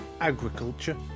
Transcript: agriculture